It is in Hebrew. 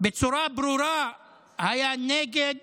בצורה ברורה היה נגד